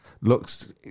Looks